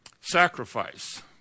sacrifice